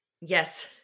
Yes